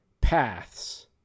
paths